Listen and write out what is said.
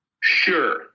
Sure